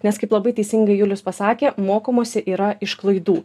nes kaip labai teisingai julius pasakė mokomasi yra iš klaidų